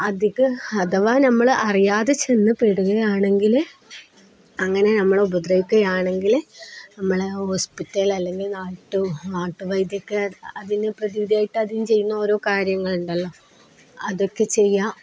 അധികം അഥവാ നമ്മള് അറിയാതെ ചെന്നുപ്പെടുകയാണെങ്കില് അങ്ങനെ നമ്മളെ ഉപദ്രവിക്കുകയാണെങ്കില് നമ്മള് ഹോസ്പിറ്റൽ അല്ലെങ്കിൽ നാട്ടുവൈദ്യമൊക്കെ അതിന് പ്രതിവിധിയായിട്ട് അതിന് ചെയ്യുന്ന ഓരോ കാര്യങ്ങളുണ്ടല്ലോ അതൊക്കെ ചെയ്യുക